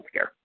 healthcare